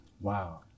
Wow